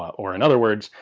or in other words,